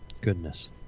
Goodness